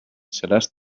seràs